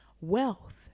wealth